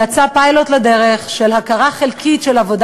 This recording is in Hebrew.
ויצא לדרך פיילוט של הכרה חלקית בעבודה